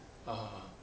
ah